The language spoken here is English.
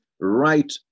right